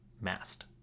mast